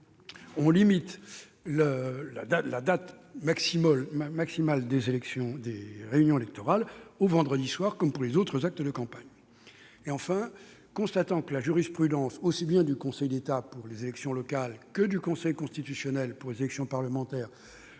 on limite le terme final des réunions électorales au vendredi soir, comme pour les autres actes de campagne. Enfin, constatant que la jurisprudence, aussi bien du Conseil d'État, pour les élections locales, que du Conseil constitutionnel, pour les élections parlementaires,